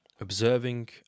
observing